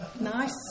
nice